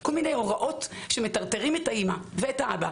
כל מיני הוראות שמטרטרים את האמא ואת האבא.